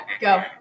go